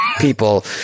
people